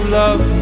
love